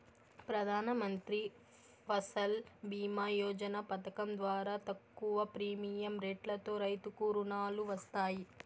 ప్రధానమంత్రి ఫసల్ భీమ యోజన పథకం ద్వారా తక్కువ ప్రీమియం రెట్లతో రైతులకు రుణాలు వస్తాయి